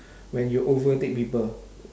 when you overtake people